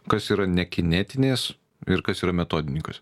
kas yra nekinetinės ir kas yra metodininkas